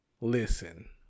listen